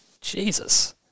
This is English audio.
Jesus